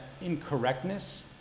incorrectness